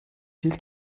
жил